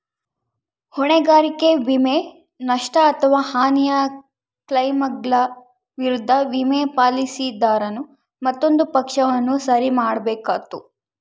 ಹೊಣೆಗಾರಿಕೆ ವಿಮೆ, ನಷ್ಟ ಅಥವಾ ಹಾನಿಯ ಕ್ಲೈಮ್ಗಳ ವಿರುದ್ಧ ವಿಮೆ, ಪಾಲಿಸಿದಾರನು ಮತ್ತೊಂದು ಪಕ್ಷವನ್ನು ಸರಿ ಮಾಡ್ಬೇಕಾತ್ತು